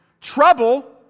trouble